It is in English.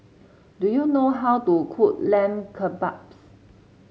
do you know how to cook Lamb Kebabs